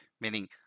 meaning